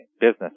business